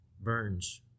burns